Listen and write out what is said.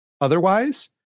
otherwise